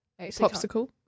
Popsicle